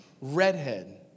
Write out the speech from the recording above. redhead